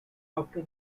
after